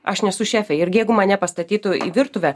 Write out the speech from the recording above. aš nesu šefė ir jeigu mane pastatytų į virtuvę